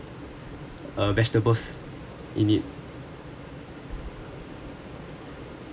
uh vegetables in it